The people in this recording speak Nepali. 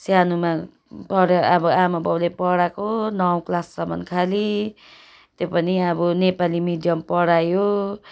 सानोमा पढे अब आमा बाउले पढाएको नौ क्लाससम्म खालि त्यो पनि अब नेपाली मिडियम पढायो